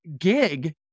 gig